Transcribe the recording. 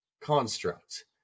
construct